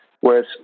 whereas